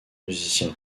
musicien